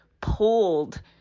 pulled